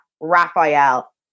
raphael